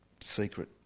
secret